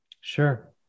Sure